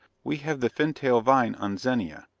we have the fintal vine on zenia,